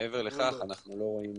מעבר לכך, אנחנו לא רואים